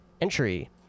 entry